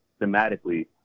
thematically